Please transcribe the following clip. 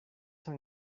han